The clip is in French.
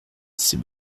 ses